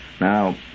Now